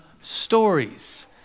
Stories